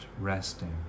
resting